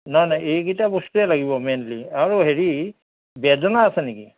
নাই নাই এইকেইটা বস্তুৱে লাগিব মেইনলি আৰু হেৰি বেদনা আছে নেকি